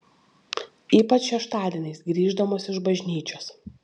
ypač šeštadieniais grįždamos iš bažnyčios